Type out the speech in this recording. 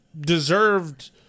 deserved